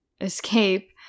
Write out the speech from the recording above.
escape